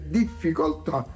difficoltà